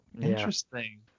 interesting